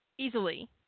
Easily